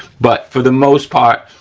but for the most part,